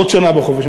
עוד שנה בחופש,